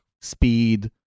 speed